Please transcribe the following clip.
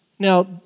Now